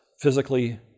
physically